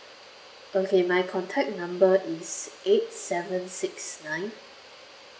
okay my contact number is eight seven six nine